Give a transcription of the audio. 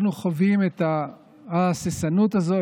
אנחנו חווים את ההססנות הזאת,